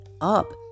up